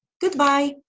goodbye